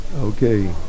okay